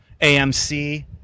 AMC